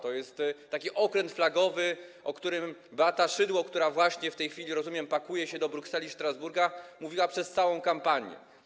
To jest taki okręt flagowy, o którym Beata Szydło, która właśnie w tej chwili, rozumiem, pakuje się do Brukseli i Strasburga, mówiła przez całą kampanię.